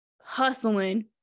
hustling